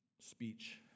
speech